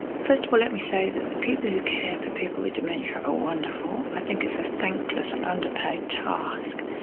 first of all let me say that the people who care for people with dementia are wonderful. i think it's a thankless and underpaid task,